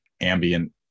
ambient